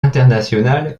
internationale